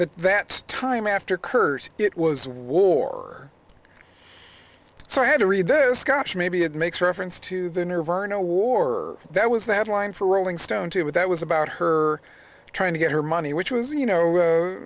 that that time after kurt it was war so i had to read this gosh maybe it makes reference to the nerve or no war that was the headline for rolling stone to what that was about her trying to get her money which was you know